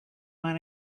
want